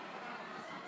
בבקשה.